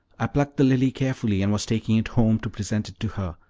i plucked the lily carefully, and was taking it home to present it to her,